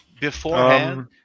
Beforehand